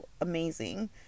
amazing